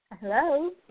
Hello